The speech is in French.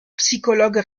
psychologue